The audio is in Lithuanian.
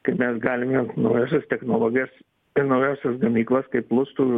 kaip mes galime naujausias technologijas ir naujausias gamyklas kaip lustų